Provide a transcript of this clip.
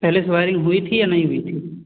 पहले से वायरिंग हुई थी या नहीं हुई थी